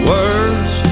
Words